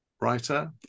writer